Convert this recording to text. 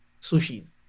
sushis